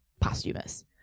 posthumous